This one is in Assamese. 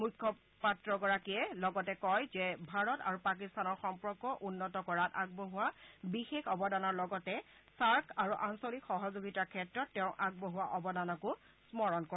মুখপাত্ৰগৰাকীয়ে লগতে কয় যে ভাৰত আৰু পাকিস্তানৰ সম্পৰ্ক উন্নত কৰাত আগবঢ়োৱা বিশেষ অৱদানৰ লগতে চাৰ্ক আৰু আঞ্চলিক সহযোগিতাৰ ক্ষেত্ৰত তেওঁ আগবঢ়োৱা অৱদানকো স্মৰণ কৰে